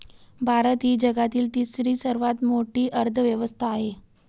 भारत ही जगातील तिसरी सर्वात मोठी अर्थव्यवस्था आहे